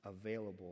available